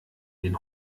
den